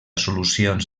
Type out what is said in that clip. solucions